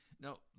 Now